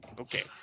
okay